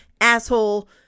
asshole